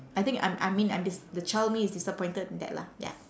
I think I'm I mean I'm dis~ the child me is disappointed in that lah ya